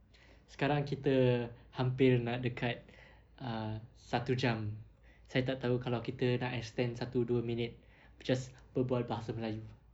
sekarang kita hampir nak dekat uh satu jam saya tak tahu kalau kita nak extend satu dua minit just berbual bahasa melayu